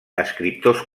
escriptors